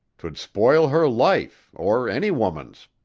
twould spoil her life or any woman's.